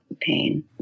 pain